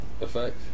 effect